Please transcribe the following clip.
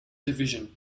division